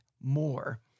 more